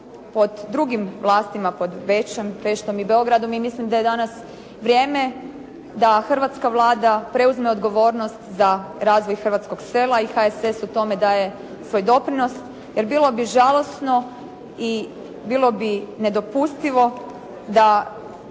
pod drugim vlastima, pod Bečom, Peštom i Beogradom i mislim da je danas vrijeme da Hrvatska Vlada preuzme odgovornost za razvoj hrvatskog sela i HSS u tome daje svoj doprinos jer bilo bi žalosno i bilo bi nedopustivo da